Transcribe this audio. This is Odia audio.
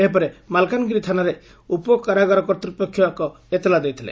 ଏହାପରେ ମାଲକାନଗିରି ଥାନାରେ ଉପ କାରାଗାର କର୍ତୂପକ୍ଷ ଏକ ଏତଲା ଦେଇଥିଲେ